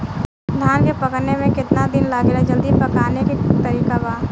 धान के पकने में केतना दिन लागेला जल्दी पकाने के तरीका बा?